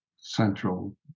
central